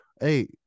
hey